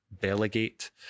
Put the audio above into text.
delegate